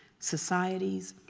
societies,